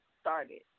started